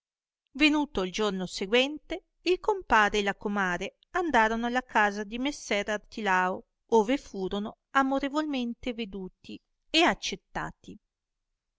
venuto il giorno seguente il compare e la comare andarono alla casa di messer artilao ove furono amorevolmente veduti e accettati